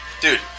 Dude